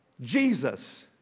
Jesus